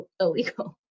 illegal